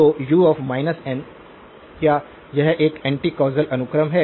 तो u n क्या यह एक एंटी कौसल अनुक्रम है